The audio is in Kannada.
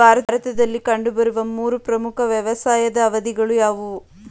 ಭಾರತದಲ್ಲಿ ಕಂಡುಬರುವ ಮೂರು ಪ್ರಮುಖ ವ್ಯವಸಾಯದ ಅವಧಿಗಳು ಯಾವುವು?